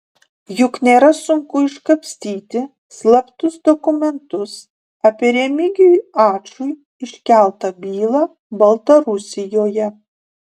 juk nėra sunku iškapstyti slaptus dokumentus apie remigijui ačui iškeltą bylą baltarusijoje